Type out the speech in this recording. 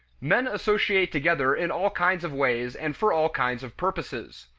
men associate together in all kinds of ways and for all kinds of purposes.